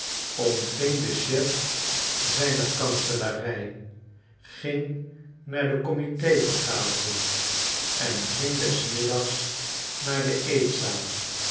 ontving den chef zijner kanselarij ging naar de comitévergadering en ging des middags naar de eetzaal